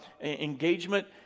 engagement